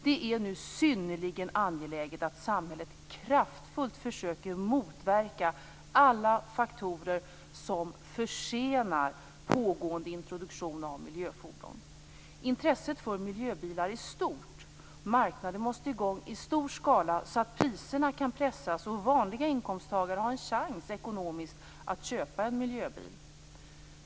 Det är nu synnerligen angeläget att samhället kraftfullt försöker motverka alla faktorer som försenar pågående introduktion av miljöfordon. Intresset för miljöbilar är stort. Marknaden måste i gång i stor skala så att priserna kan pressas och vanliga inkomsttagare får en chans ekonomiskt att köpa en miljöbil.